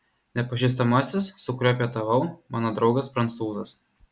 nepažįstamasis su kuriuo pietavau mano draugas prancūzas